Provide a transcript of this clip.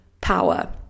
power